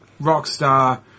Rockstar